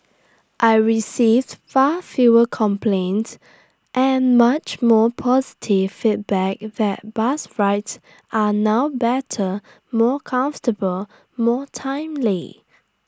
I received far fewer complaints and much more positive feedback that bus rides are now better more comfortable more timely